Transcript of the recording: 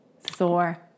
Thor